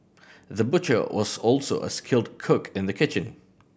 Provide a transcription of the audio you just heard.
the butcher was also a skilled cook in the kitchen